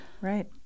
right